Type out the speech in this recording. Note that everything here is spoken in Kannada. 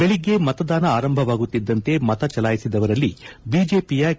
ಬೆಳಗ್ಗೆ ಮತದಾನ ಆರಂಭವಾಗುತ್ತಿದ್ದಂತೆ ಮತ ಚಲಾಯಿಸಿದವರಲ್ಲಿ ಬಿಜೆಪಿಯ ಕೆ